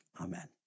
Amen